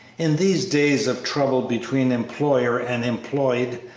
in these days of trouble between employer and employed,